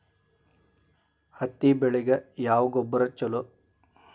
ಹತ್ತಿ ಬೆಳಿಗ ಯಾವ ಗೊಬ್ಬರ ಛಲೋ?